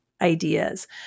ideas